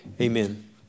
Amen